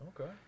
Okay